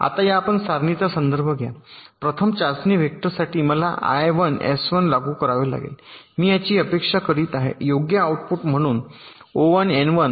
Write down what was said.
आता आपण या सारणीचा संदर्भ घ्या प्रथम चाचणी वेक्टरसाठी मला आय 1 एस 1 लागू करावा लागेल मी याची अपेक्षा करीत आहे योग्य आउटपुट म्हणून ओ 1 एन 1